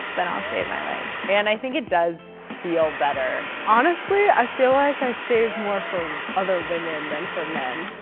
then i'll shave my legs. and i think it does feel better. honestly, i feel like i shave more for other women than for men.